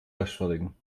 rechtfertigen